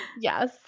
yes